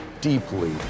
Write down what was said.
deeply